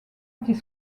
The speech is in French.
était